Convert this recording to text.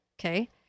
okay